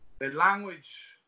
language